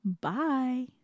Bye